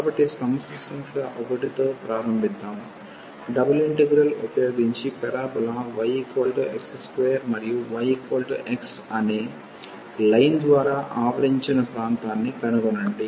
కాబట్టి సమస్య సంఖ్య 1 తో ప్రారంభిద్దాం డబుల్ ఇంటిగ్రల్ ఉపయోగించి పరబోలా yx2 మరియు y x అనే లైన్ ద్వారా ఆవరించిన ప్రాంతాన్ని కనుగొనండి